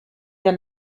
der